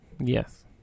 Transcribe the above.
Yes